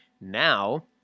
Now